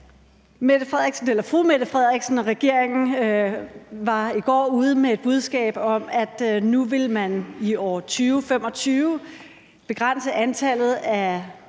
Statsministeren og regeringen var i går ude med et budskab om, at nu vil man i 2025 begrænse antallet af